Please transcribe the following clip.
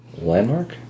landmark